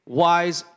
wise